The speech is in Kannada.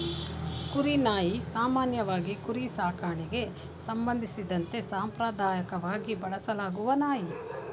ಕುರಿ ನಾಯಿ ಸಾಮಾನ್ಯವಾಗಿ ಕುರಿ ಸಾಕಣೆಗೆ ಸಂಬಂಧಿಸಿದಂತೆ ಸಾಂಪ್ರದಾಯಕವಾಗಿ ಬಳಸಲಾಗುವ ನಾಯಿ